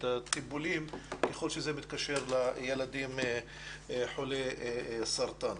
את הטיפולים ככל שזה מתקשר לילדים חולי סרטן.